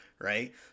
right